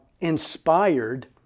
inspired